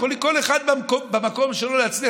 כל אחד במקום שלו יכול להצליח.